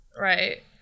right